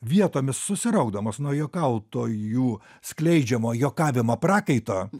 vietomis susiraukdamas nuo juokautojų skleidžiamo juokavimo prakaito